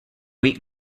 week